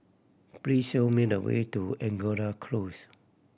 please show me the way to Angora Close